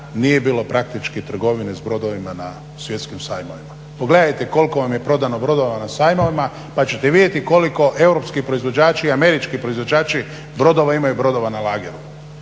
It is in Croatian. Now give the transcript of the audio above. nije bilo praktički trgovine s brodovima na svjetskim sajmovima. Pogledajte koliko vam je prodano brodova na sajmovima, pa ćete vidjeti koliko europski proizvođači, američki proizvođači brodova imaju brodova na lageru.